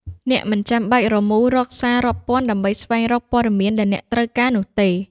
អ្នកមិនចាំបាច់រមូររកសាររាប់ពាន់ដើម្បីស្វែងរកព័ត៌មានដែលអ្នកត្រូវការនោះទេ។